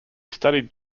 studied